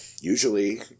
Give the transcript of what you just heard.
Usually